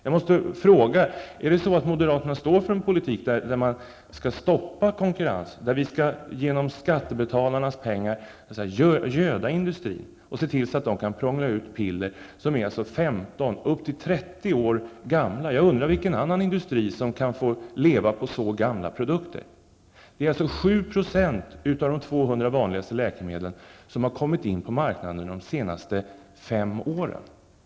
Jag måste fråga: Är det så att moderaterna står för en politik som innebär att man skall stoppa konkurrens, att vi genom skattebetalarnas pengar skall göda industrin och se till att prångla ut piller som är upp till 30 år gamla? Jag undrar vilken annan industri som kan få leva på så gamla produkter. 7 % av de 200 vanligaste läkemedlen har kommit in på marknaden under de senaste fem åren.